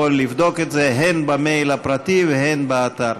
לבדוק את זה הן במייל הפרטי והן באתר.